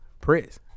Press